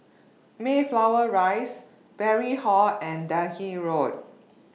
Mayflower Rise Parry Hall and Delhi Road